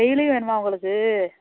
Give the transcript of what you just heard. daily வேணுமா உங்களுக்கு